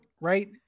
right